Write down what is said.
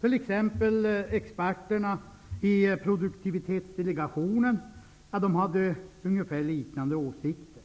T.ex. hade experterna i produktivitetsdelegationen ungefär liknande åsikter.